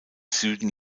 süden